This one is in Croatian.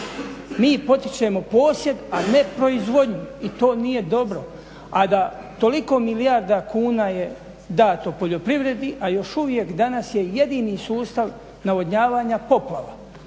Mi potičemo posjed, a ne proizvodnju i to nije dobro. A da toliko milijarda kuna je dato poljoprivredi, a još uvijek danas je jedini sustav navodnjavanja poplava.